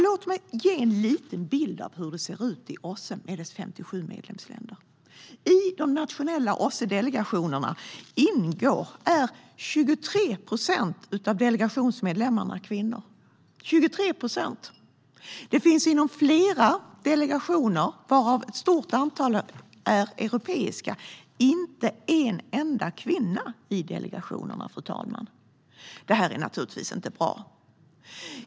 Låt mig ge en liten bild av hur det ser ut i OSSE med dess 57 medlemsländer. I de nationella OSSE-delegationerna är 23 procent av delegationsmedlemmarna kvinnor. I ett flertal delegationer, varav ett stort antal är europeiska, finns inte en enda kvinna. Det är givetvis inte bra.